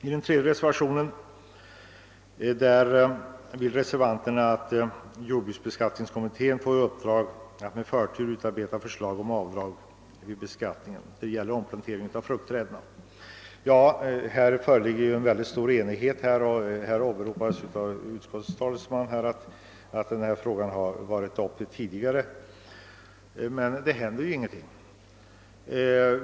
I reservationen 3 önskar reservanterna att jordbruksbeskattningskommittén skall få i uppdrag att med förtur utarbeta förslag till bestämmelser om avdrag för kostnader för nyplantering av fruktträd inom den yrkesmässiga fruktodlingen. Här föreligger stor enighet, och utskottets talesman åberopar att denna fråga varit uppe tidigare. Men det händer ju ingenting!